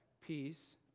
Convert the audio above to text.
Peace